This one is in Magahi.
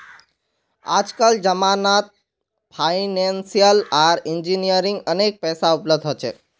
आजकल जमानत फाइनेंसियल आर इंजीनियरिंग अनेक पैसा उपलब्ध हो छे